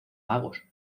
magos